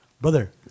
Brother